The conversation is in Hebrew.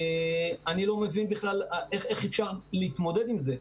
אני לא מבין בכלל איך אפשר להתמודד עם זה.